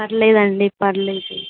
పర్లేదండి పర్లేదు